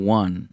one